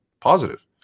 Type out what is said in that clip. positive